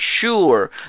sure